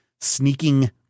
sneaking